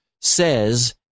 says